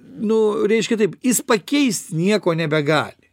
nu reiškia taip jis pakeist nieko nebegali